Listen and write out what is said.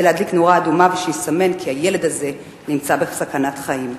להדליק נורה אדומה ולסמן כי הילד הזה נמצא בסכנת חיים.